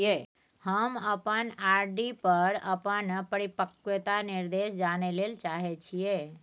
हम अपन आर.डी पर अपन परिपक्वता निर्देश जानय ले चाहय छियै